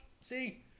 See